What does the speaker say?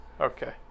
Okay